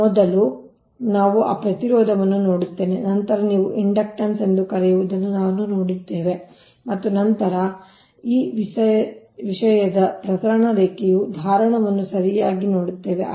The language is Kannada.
ಮೊದಲು ನಾವು ಆ ಪ್ರತಿರೋಧವನ್ನು ನೋಡುತ್ತೇವೆ ನಂತರ ನೀವು ಇಂಡಕ್ಟನ್ಸ್ ಎಂದು ಕರೆಯುವುದನ್ನು ನಾವು ನೋಡುತ್ತೇವೆ ಮತ್ತು ನಂತರ ಈ ವಿಷಯದ ಪ್ರಸರಣ ರೇಖೆಯ ಧಾರಣವನ್ನು ಸರಿಯಾಗಿ ನೋಡುತ್ತೇವೆ